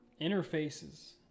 Interfaces